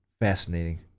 Fascinating